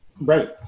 Right